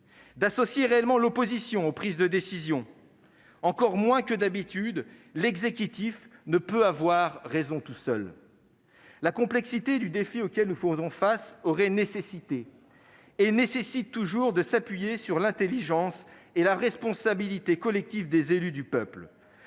d'associer réellement l'opposition aux prises de décisions. Encore moins que d'habitude, l'exécutif ne peut avoir raison tout seul. La complexité du défi auquel nous faisons face aurait nécessité, et nécessite toujours de s'appuyer sur l'intelligence et sur la responsabilité collective des élus du peuple